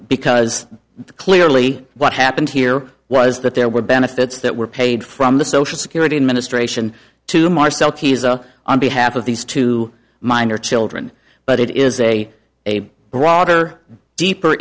because clearly what happened here was that there were benefits that were paid from the social security administration to marcel keizer on behalf of these two minor children but it is a a broader deeper